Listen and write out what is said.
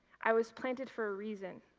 i was planted for a reason.